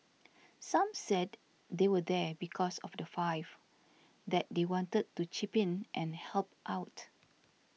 some said they were there because of the five that they wanted to chip in and help out